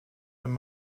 wenn